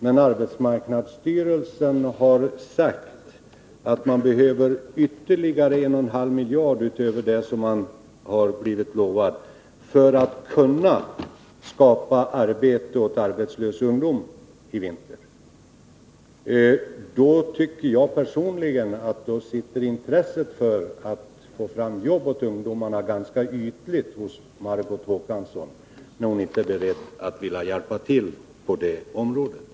Men arbetsmarknadsstyrelsen har sagt att man behöver ytterligare 1,5 miljarder utöver vad man har blivit lovad för att kunna skapa arbete åt arbetslös ungdom i vinter. Personligen tycker jag att intresset för att få fram jobb åt ungdomar sitter ganska ytligt hos Margot Håkansson, när hon inte är beredd att hjälpa till på det området.